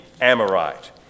Amorite